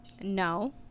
no